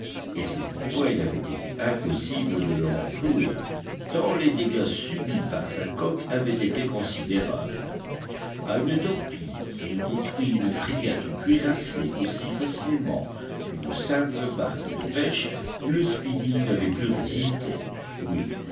et c'est pourquoi il avait été impossible de le renflouer tant les dégâts subis par sa coque avaient été considérables à une torpille qui eût détruit une frégate cuirassée aussi facilement qu'une simple barque de pêche le speedy n'avait pu résister oui